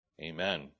Amen